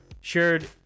shared